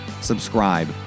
subscribe